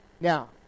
Now